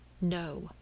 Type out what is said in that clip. No